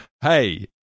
hey